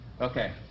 Okay